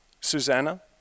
Susanna